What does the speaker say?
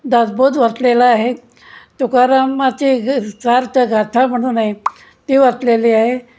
दासबोध वाचलेला आहे तुकारामाचे सार्थ गाथा म्हणून आहे ती वाचलेली आहे